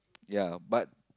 ya but